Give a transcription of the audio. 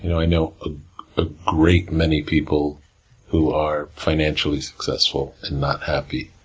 you know i know a great many people who are financially successful and not happy,